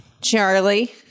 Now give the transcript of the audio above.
Charlie